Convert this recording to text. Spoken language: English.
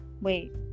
Wait